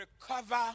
recover